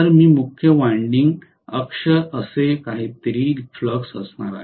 तर मी मुख्य वायंडिंग अक्ष असे काहीतरी फ्लक्स असणार आहे